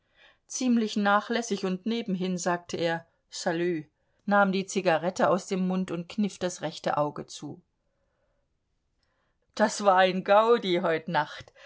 ziemlich nachlässig und nebenhin sagte er salü nahm die zigarette aus dem mund und kniff das rechte auge zu das war ein gaudi heut nacht